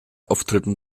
auftritten